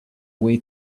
way